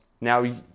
Now